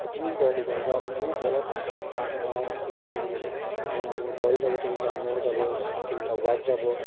ইতিকিং কৰাদি কৰে কাৰণ মোৰ বলত পাঁচটা ছিক্স মাৰিব নহ'লে মোৰ বল যাব তিনটা ন' যাব তিনটা ৱাইড যাব